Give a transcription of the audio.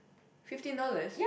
fifteen dollars